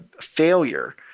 failure –